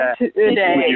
today